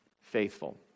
faithful